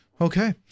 Okay